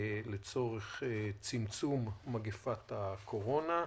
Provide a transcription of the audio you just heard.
לצורך צמצום מגפת הקורונה.